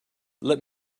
let